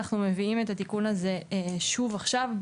אנחנו מביאים את התיקון הזה שוב עכשיו,